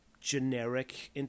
generic